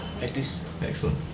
Excellent